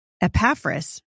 Epaphras